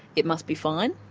it must be fine.